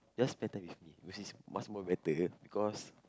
just spend time with me which is much more better because